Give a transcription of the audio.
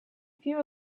few